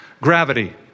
gravity